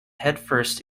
headfirst